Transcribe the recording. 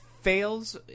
fails